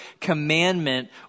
commandment